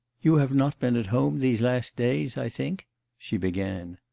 you have not been at home these last days, i think she began.